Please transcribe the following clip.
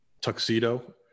tuxedo